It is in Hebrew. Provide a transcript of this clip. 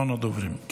אחרון הדוברים.